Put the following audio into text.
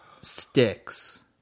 sticks